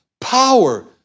Power